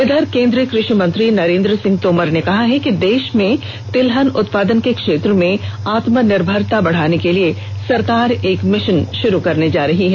इधर केंद्रीय कृषि मंत्री नरेंद्र सिंह तोमर ने कहा है कि देश में तिलहन उत्पादन के क्षेत्र में आत्मनिर्भरता बढ़ाने के लिए सरकार एक मिशन शुरू करने जा रही है